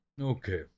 okay